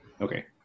Okay